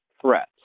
threats